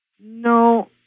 No